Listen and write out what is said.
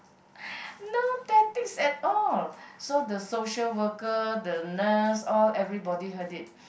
no tactics at all so the social worker the nurse all everybody heard it